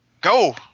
Go